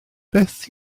beth